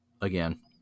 again